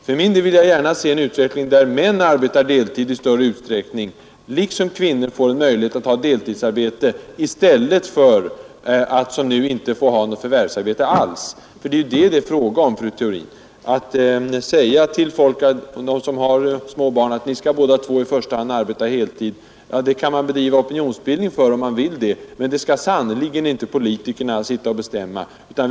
För min del vill jag gärna se en utveckling därhän att män arbetar deltid i större utsträckning och att kvinnor får en möjlighet att ta deltidsarbete i stället för att som nu inte få något förvärvsarbete alls. Det är vad det är fråga om, fru Theorin. Att föräldrar till små barn båda två i första hand skall arbeta heltid är något som man kan bedriva opinionsbildning för, om man vill det, men det skall sannerligen inte politikerna sitta och bestämma.